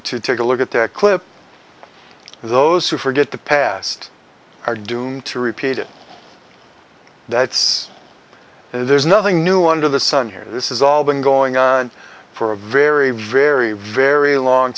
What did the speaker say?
to take a look at that clip those who forget the past are doomed to repeat it that's there's nothing new under the sun here this is all been going on for a very very very long